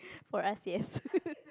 for us yes